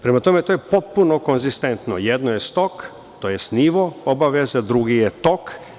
Prema tome, to je potpuno konzistentno, jedno je stok tj. nivo obaveza, drugi je tok.